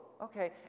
okay